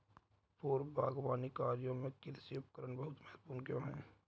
पूर्व बागवानी कार्यों में कृषि उपकरण बहुत महत्वपूर्ण क्यों है?